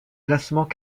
classements